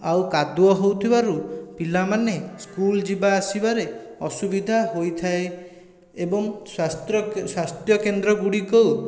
ଆଉ କାଦୁଅ ହେଉଥିବାରୁ ପିଲାମାନେ ସ୍କୁଲ୍ ଯିବା ଆସିବାରେ ଅସୁବିଧା ହୋଇଥାଏ ଏବଂ ସ୍ଵାସ୍ତ୍ର ସ୍ୱାସ୍ଥ୍ୟକେନ୍ଦ୍ର ଗୁଡ଼ିକୁ